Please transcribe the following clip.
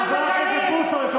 חבר הכנסת אשר, תודה.